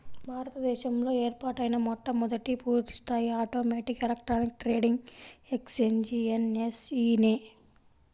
భారత దేశంలో ఏర్పాటైన మొట్టమొదటి పూర్తిస్థాయి automatic electronic trading exchange NSE నే